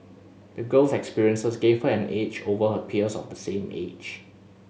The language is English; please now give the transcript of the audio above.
the girl's experiences gave her an edge over her peers of the same age